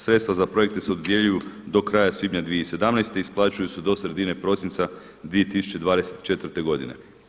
Sredstva za projekte se dodjeljuju do kraja svibnja 2017. i isplaćuju se do sredine prosinca 2024. godine.